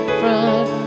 front